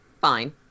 fine